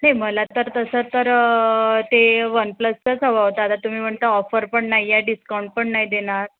ते मला तर तसं तर ते वन प्लसचंच हवं होतं आता तुम्ही म्हणता ऑफर पण नाही आहे डिस्काउंट पण नाही देणार